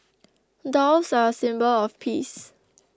doves are a symbol of peace